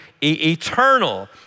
eternal